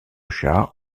chat